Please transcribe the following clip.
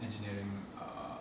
engineering uh